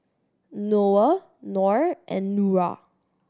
Noah Nor and Nura